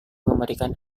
memberikan